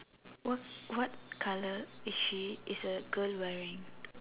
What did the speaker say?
what what colour is she is the girl wearing